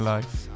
Life